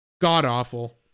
God-awful